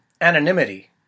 anonymity